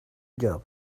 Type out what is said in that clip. job